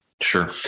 Sure